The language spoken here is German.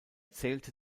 zählte